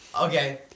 Okay